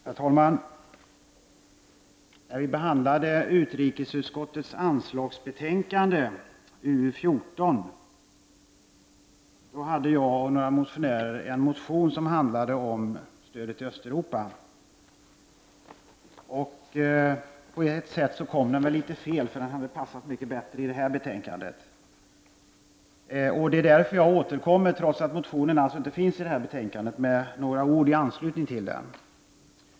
Herr talman! När vi behandlade utrikesutskottets anslagsbetänkande UU14 hade jag och några motionärer en motion som handlade om stödet till Östeuropa. På ett sätt kom den motionen litet fel, eftersom den skulle ha passat mycket bättre i det här betänkandet. Därför återkommer jag nu, trots att motionen inte finns i detta betänkande, med några ord i anslutning till den.